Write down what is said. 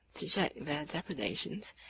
to check their depredations,